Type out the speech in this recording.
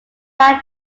are